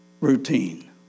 routine